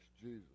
Jesus